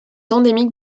endémique